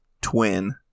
twin